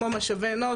כמו משאבי אנוש,